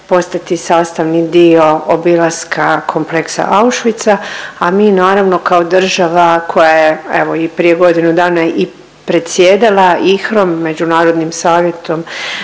postati sastavni dio obilaska kompleksa Auschwitza, a mi naravno kao država koje je evo i prije godinu dana i predsjedala IHRA-om Međunarodnim savjetom,